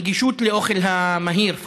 הנגישות לאוכל המהיר,